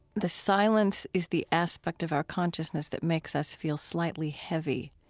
the silence is the aspect of our consciousness that makes us feel slightly heavy.